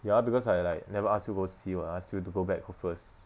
ya because I like never ask you go see [what] ask you to go back room first